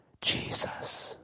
Jesus